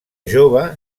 jove